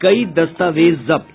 कई दस्तावेज जब्त